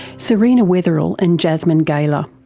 serena weatherall and jasmine gailer.